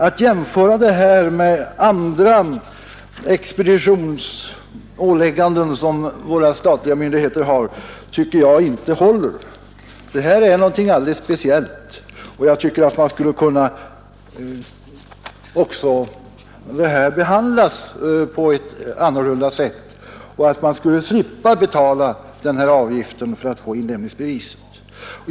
Att jämföra detta med andra expeditionsåligganden som våra statliga myndigheter har, tycker jag inte håller. Detta är något alldeles speciellt, och jag tycker att man också skulle behandla det annorlunda, så att den skattskyldige slipper betala denna avgift för att få inlämningsbevis.